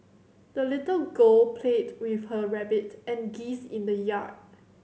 the little girl played with her rabbit and geese in the yard